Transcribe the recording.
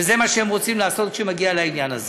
וזה מה שהם רוצים לעשות כשזה מגיע לעניין הזה.